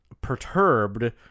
perturbed